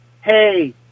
hey